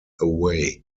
away